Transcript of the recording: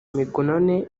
mignonne